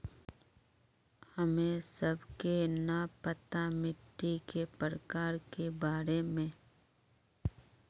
हमें सबके न पता मिट्टी के प्रकार के बारे में?